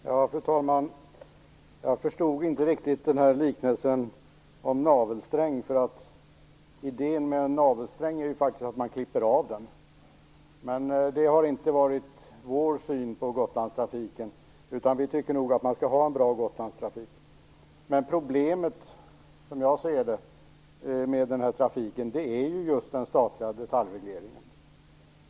Fru talman! Jag förstod inte riktigt liknelsen med en navelsträng. Idén med en navelsträng är ju att man klipper av den. Men så har vi inte sett på Gotlandstrafiken. Vi tycker nog att man skall ha en bra Gotlandstrafik. Problemet med trafiken, som jag ser det, är just den statliga detaljregleringen.